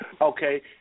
Okay